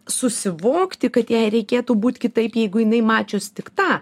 susivokti kad jai reikėtų būti kitaip jeigu jinai mačiusi tik tą